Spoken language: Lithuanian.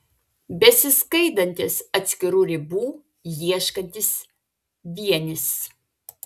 besiskaidantis atskirų ribų ieškantis vienis